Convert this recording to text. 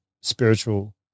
spiritual